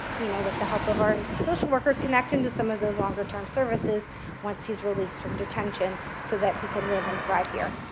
you know with the help of our social worker, connect him to some of those longer term services once he's released from detention so that he can live and thrive here.